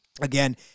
Again